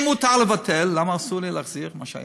אם מותר לבטל, למה אסור לי להחזיר את מה שהיה,